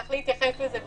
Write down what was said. צריך להתייחס לזה בהתאם.